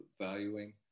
valuing